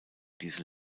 diese